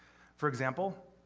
for example,